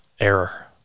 Error